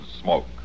smoke